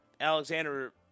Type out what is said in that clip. Alexander